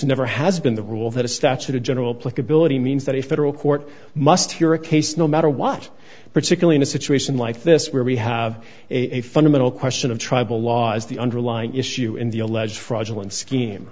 case never has been the rule that a statute of general pluck ability means that a federal court must hear a case no matter what particularly in a situation like this where we have a fundamental question of tribal laws the underlying issue in the alleged fraudulent scheme